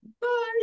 Bye